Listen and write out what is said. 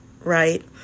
right